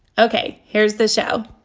ok, here's the show